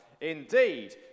indeed